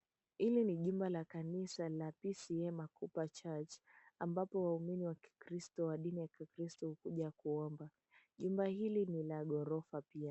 Hili ni jumba la kanisa la PCEA MAKUPA CHURCH ambapo waumini wa kikristo wa dini ya kikristo hukuja kuomba. Jumba hili ni la ghorofa pia.